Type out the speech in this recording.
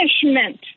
punishment